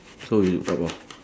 so you rub off